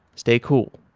stay cool.